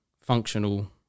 functional